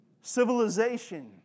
civilization